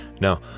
Now